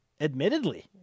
admittedly